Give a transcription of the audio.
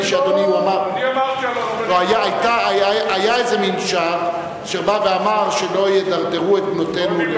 היה איזה מין מנשר שאמר: שלא ידרדרו את בנותינו.